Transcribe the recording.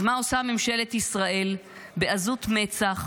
אז מה עושה ממשלת ישראל בעזות מצח?